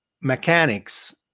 mechanics